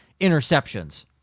interceptions